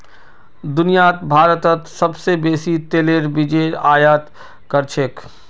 दुनियात भारतत सोबसे बेसी तेलेर बीजेर आयत कर छेक